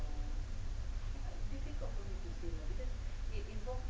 you can got you involved